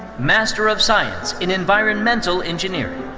master of science in environmental engineering.